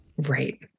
Right